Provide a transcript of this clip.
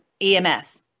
EMS